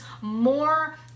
more